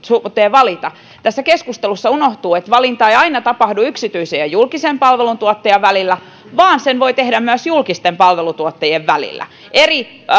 valita tässä keskustelussa unohtuu että valinta ei aina tapahdu yksityisen ja julkisen palvelutuottajan välillä vaan sen voi tehdä myös julkisten palvelutuottajien välillä eri